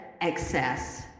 excess